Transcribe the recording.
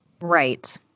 right